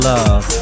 Love